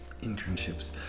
internships